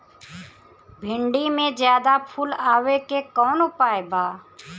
भिन्डी में ज्यादा फुल आवे के कौन उपाय बा?